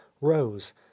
rose